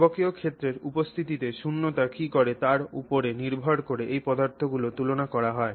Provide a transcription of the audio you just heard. চৌম্বকীয় ক্ষেত্রের উপস্থিতিতে শূন্যতা কী করে তার উপরে নির্ভর করে এই পদার্থগুলি তুলনা করা হয়